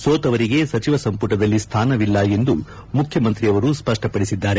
ಸೋತವರಿಗೆ ಸಚಿವ ಸಂಪುಟದಲ್ಲಿ ಸ್ಥಾನವಿಲ್ಲ ಎಂದು ಮುಖ್ಯಮಂತ್ರಿಯವರು ಸ್ಪಷ್ಟಪಡಿಸಿದ್ದಾರೆ